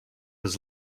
was